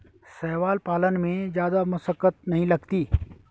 शैवाल पालन में जादा मशक्कत नहीं लगती